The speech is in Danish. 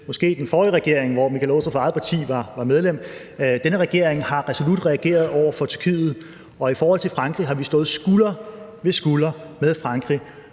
måske den forrige regering, som hr. Michael Aastrup Jensens eget parti var medlem af. Denne regering har resolut reageret over for Tyrkiet, og i forhold til Frankrig har vi stået skulder ved skulder med Frankrig,